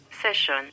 session